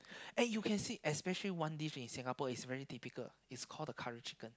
and you can see especially one dish is Singapore is really typical is call the curry chicken